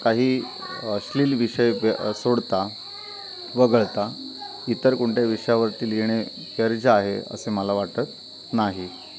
काही अश्लील विषय ब सोडता वगळता इतर कोणत्या विषयावरती लिहिणे वर्ज्य आहे असे मला वाटत नाही